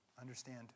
Understand